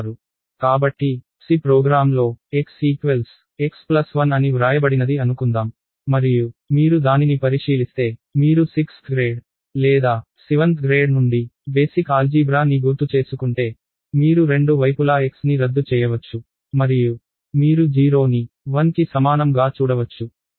కాబట్టి C ప్రోగ్రామ్లో x equals x 1 అని వ్రాయబడినది అనుకుందాం మరియు మీరు దానిని పరిశీలిస్తే మీరు 6th గ్రేడ్ లేదా 7th గ్రేడ్ నుండి బేసిక్ ఆల్జీబ్రా ని గుర్తు చేసుకుంటే మీరు రెండు వైపులా xని రద్దు చెయ్యవచ్చు మరియు మీరు 0ని 1 01కి సమానం గా చూడవచ్చు